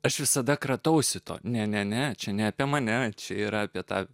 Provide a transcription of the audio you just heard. aš visada kratausi to ne ne ne čia ne apie mane čia yra apie tą